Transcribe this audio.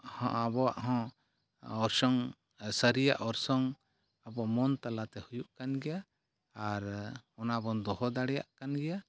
ᱟᱵᱚᱣᱟᱜ ᱦᱚᱸ ᱚᱨᱥᱚᱝ ᱥᱟᱨᱤᱭᱟᱜ ᱚᱨᱥᱚᱝ ᱟᱵᱚ ᱢᱚᱱ ᱛᱟᱞᱟᱛᱮ ᱦᱩᱭᱩᱜ ᱠᱟᱱ ᱜᱮᱭᱟ ᱟᱨ ᱚᱱᱟᱵᱚᱱ ᱫᱚᱦᱚ ᱫᱟᱲᱮᱭᱟᱜ ᱠᱟᱱ ᱜᱮᱭᱟ